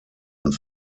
und